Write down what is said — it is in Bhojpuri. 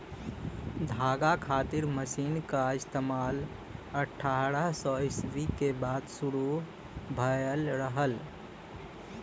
धागा खातिर मशीन क इस्तेमाल अट्ठारह सौ ईस्वी के बाद शुरू भयल रहल